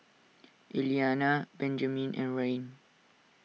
Eliana Benjamin and Rayne